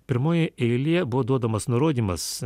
pirmoje eilėje buvo duodamas nurodymas